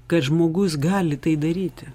kad žmogus gali tai daryti